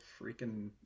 freaking